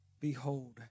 Behold